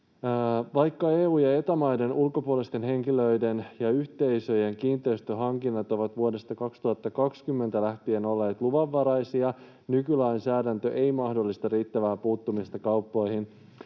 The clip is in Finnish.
Vaikka EU- ja ETA-maiden ulkopuolisten henkilöiden ja yhteisöjen kiinteistöhankinnat ovat vuodesta 2020 lähtien olleet luvanvaraisia, nykylainsäädäntö ei mahdollista riittävää puuttumista kauppoihin,